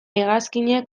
hegazkinez